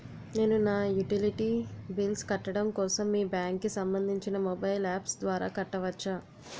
నేను నా utility bills కట్టడం కోసం మీ బ్యాంక్ కి సంబందించిన మొబైల్ అప్స్ ద్వారా కట్టవచ్చా?